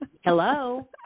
Hello